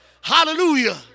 Hallelujah